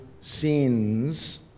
sins